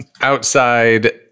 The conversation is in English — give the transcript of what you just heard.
outside